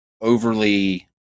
overly